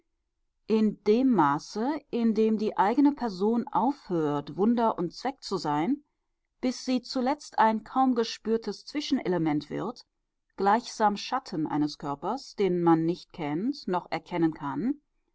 in dem maße in dem die eigene person aufhört wunder und zweck zu sein bis sie zuletzt ein kaum gespürtes zwischenelement wird gleichsam schatten eines körpers den man nicht kennt noch erkennen kann